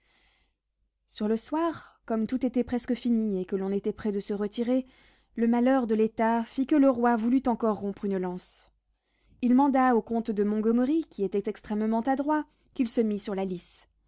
sur le soir comme tout était presque fini et que l'on était près de se retirer le malheur de l'état fit que le roi voulut encore rompre une lance il manda au comte de montgomery qui était extrêmement adroit qu'il se mît sur la lice